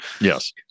Yes